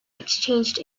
exchanged